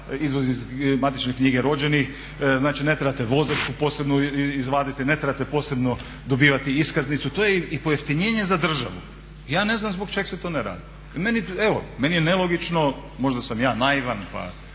izvod iz matične knjige rođenih, znači ne trebate vozačku posebnu izvaditi, ne trebate posebno dobivati iskaznicu. To je i pojeftinjenje za državu. Ja ne znam zbog čeg se to ne radi. Meni evo, meni je nelogično možda sam ja naivan pa,